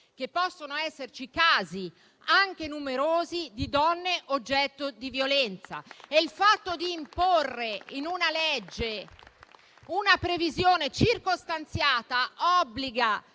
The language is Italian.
che possono esserci casi, anche numerosi, di donne oggetto di violenza. E il fatto di imporre in una legge una previsione circostanziata obbliga